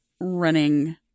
running